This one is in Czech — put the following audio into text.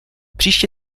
příště